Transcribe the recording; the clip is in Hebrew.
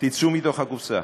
תצאו מתוך הקופסה.